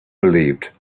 believed